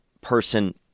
person